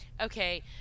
Okay